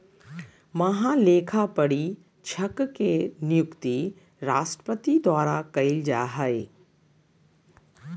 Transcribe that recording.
महालेखापरीक्षक के नियुक्ति राष्ट्रपति द्वारा कइल जा हइ